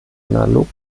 analog